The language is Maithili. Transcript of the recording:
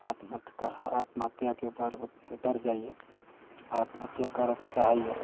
आत्महत्या पर उतर जाइया आत्महत्या करैके चाहेया